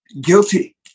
guilty